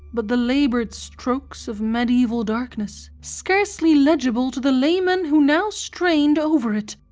but the laboured strokes of mediaeval darkness, scarcely legible to the laymen who now strained over it,